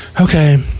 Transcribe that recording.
okay